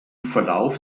verlauf